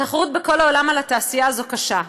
התחרות בכל העולם על התעשייה הזאת קשה,